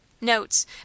Notes